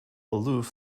aloof